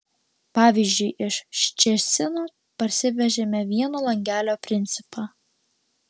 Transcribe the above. pavyzdžiui iš ščecino parsivežėme vieno langelio principą